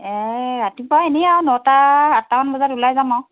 ৰাতিপুৱা ইনেই আৰু নটা আঠটামান বজাত ওলাই যাম